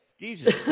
jesus